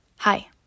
hi